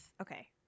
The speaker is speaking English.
Okay